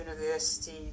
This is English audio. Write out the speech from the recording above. university